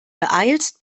beeilst